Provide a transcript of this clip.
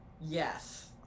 Yes